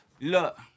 Look